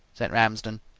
said ramsden,